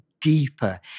deeper